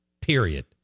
period